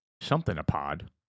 Something-a-pod